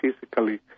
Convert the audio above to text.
physically